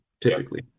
typically